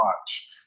Watch